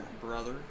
Brother